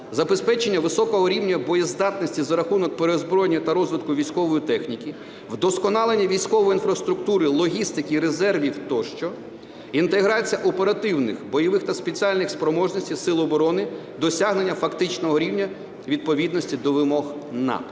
забезпечення високого рівня боєздатності за рахунок переозброєння та розвитку військової техніки; вдосконалення військової інфраструктури, логістики і резервів тощо; інтеграція оперативних бойових та спеціальних спроможностей сил оборони; досягнення фактичного рівня відповідності до вимог НАТО.